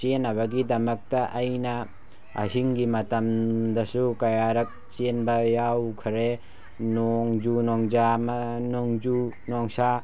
ꯆꯦꯟꯅꯕꯒꯤꯗꯃꯛꯇ ꯑꯩꯅ ꯑꯍꯤꯡꯒꯤ ꯃꯇꯝꯗꯁꯨ ꯀꯌꯥꯔꯛ ꯆꯦꯟꯕ ꯌꯥꯎꯈꯔꯦ ꯅꯣꯡꯖꯨ ꯅꯨꯡꯁꯥ ꯅꯣꯡꯖꯨ ꯅꯨꯡꯁꯥ